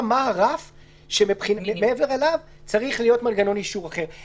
מה הרף שמעבר אליו צריך להיות מנגנון אישור אחר.